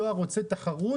הדואר רוצה תחרות.